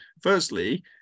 firstly